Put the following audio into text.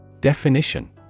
Definition